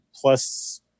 plus